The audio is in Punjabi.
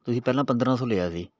ਤੁਸੀਂ ਪਹਿਲਾਂ ਪੰਦਰਾਂ ਸੌ ਲਿਆ ਸੀ